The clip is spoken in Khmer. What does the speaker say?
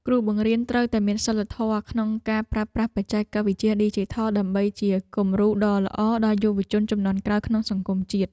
គ្រូបង្រៀនត្រូវតែមានសីលធម៌ក្នុងការប្រើប្រាស់បច្ចេកវិទ្យាឌីជីថលដើម្បីជាគំរូដ៏ល្អដល់យុវជនជំនាន់ក្រោយក្នុងសង្គមជាតិ។